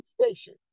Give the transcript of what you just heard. station